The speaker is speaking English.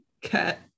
Cat